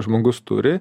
žmogus turi